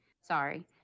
sorry